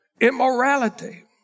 Immorality